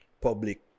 public